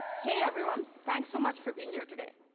hey, everyone! thanks so much for being here today.